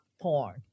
porn